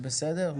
זה בסדר?